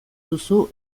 duzu